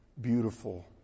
beautiful